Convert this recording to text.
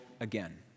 again